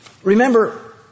Remember